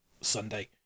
sunday